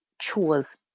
chores